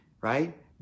right